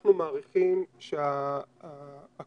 אנחנו מעריכים שהקוגנרציה,